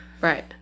Right